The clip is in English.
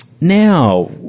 Now